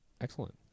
Excellent